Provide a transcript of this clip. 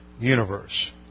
universe